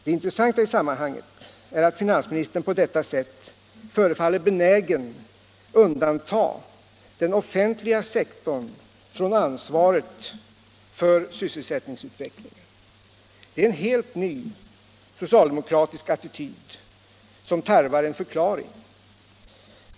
Det intressanta i sammanhanget är att finansministern på detta sätt förefaller benägen att undanta den offentliga sektorn från ansvaret för sysselsättningsutvecklingen. Det är en helt ny socialdemokratisk attityd som tarvar en förklaring.